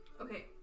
Okay